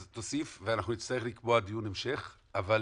אז תוסיף ואנחנו נצטרך לקבוע דיון המשך, אבל